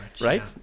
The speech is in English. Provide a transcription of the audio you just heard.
right